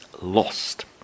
lost